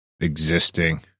existing